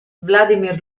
vladimir